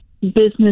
business